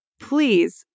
please